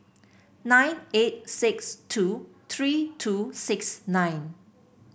nine eight six two three two six nine